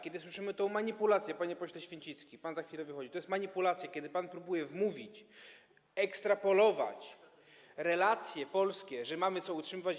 Kiedy słyszymy tę manipulację, panie pośle Święcicki, pan za chwilę wychodzi, bo to jest manipulacja, kiedy pan próbuje wmówić, ekstrapolować relacje polskie, że mamy co utrzymywać.